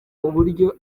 uburyo